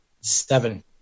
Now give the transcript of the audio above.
Seven